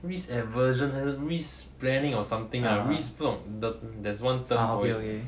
risk aversion 还是 risk planning or something ah risk 不懂 there's one term there